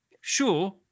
sure